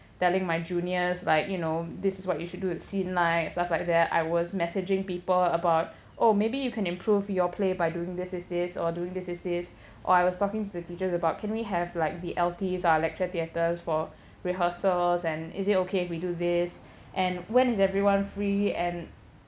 telling my juniors like you know this is what you should do at scene nine and stuff like that I was messaging people about oh maybe you can improve your play by doing this this this or doing this this this or I was talking to teachers about can we have like the L_T our lecture theatres for rehearsals and is it okay if we do this and when is everyone free and